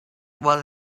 was